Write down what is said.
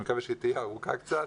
אני מקווה שהיא תהיה ארוכה קצת,